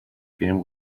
game